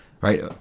Right